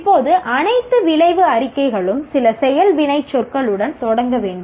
இப்போது அனைத்து விளைவு அறிக்கைகளும் சில செயல் வினைச்சொற்களுடன் தொடங்க வேண்டும்